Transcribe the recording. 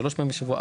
שלוש פעמים בשבוע,